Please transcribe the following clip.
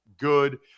good